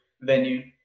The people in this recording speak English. venue